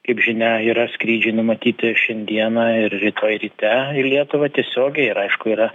kaip žinia yra skrydžiai numatyti šiandieną ir rytoj ryte į lietuvą tiesiogiai ir aišku yra